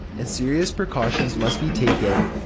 and serious precautions must be taken.